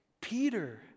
Peter